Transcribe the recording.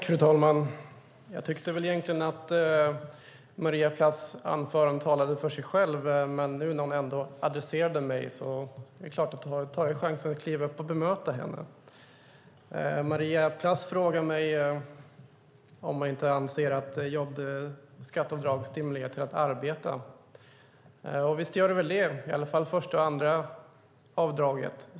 Fru talman! Jag tyckte väl egentligen att Maria Plass anförande talade för sig själv, men nu när hon ändå adresserade mig är det klart att jag tar chansen att kliva upp och bemöta henne. Maria Plass frågar mig om jag inte anser att jobbskatteavdrag stimulerar till arbete. Visst gör de väl det - i alla fall det första och andra avdraget.